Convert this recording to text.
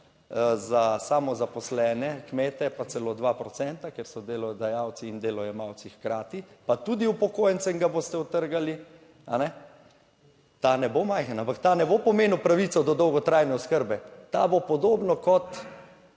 za samozaposlene kmete pa celo 2 procenta, ker so delodajalci in delojemalci hkrati pa tudi upokojencem ga boste odtrgali. Ta ne bo majhen, ampak ta ne bo pomenil pravico do dolgotrajne oskrbe, ta bo, podobno kot